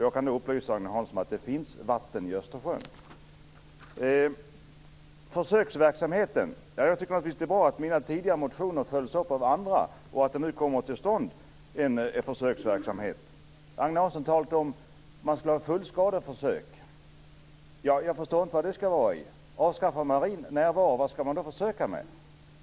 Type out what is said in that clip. Jag kan upplysa Agne Hansson om att det finns vatten i Östersjön. Vad gäller försöksverksamheten tycker jag naturligtvis att det är bra att mina tidigare motioner följs upp av andra och att det nu kommer till stånd en försöksverksamhet. Agne Hansson talade om att man ska göra fullskaleförsök. Jag förstår inte hur det ska gå till. Vad ska man göra försök med, om man avskaffar den marina närvaron?